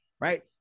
right